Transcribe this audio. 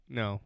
no